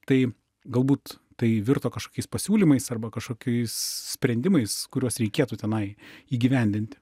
tai galbūt tai virto kažkokiais pasiūlymais arba kažkokiais sprendimais kuriuos reikėtų tenai įgyvendinti